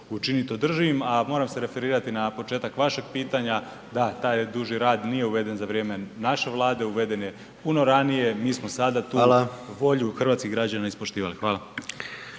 učiniti održivim. Moram se referirati na početak vašeg pitanja, da taj duži rad nije uveden za vrijeme naše Vlade, uveden je puno ranije. Mi smo sada tu volju hrvatskih građana ispoštivali. Hvala.